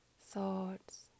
thoughts